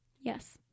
Yes